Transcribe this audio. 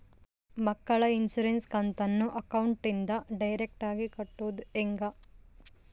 ಮಕ್ಕಳ ಇನ್ಸುರೆನ್ಸ್ ಕಂತನ್ನ ಅಕೌಂಟಿಂದ ಡೈರೆಕ್ಟಾಗಿ ಕಟ್ಟೋದು ಹೆಂಗ?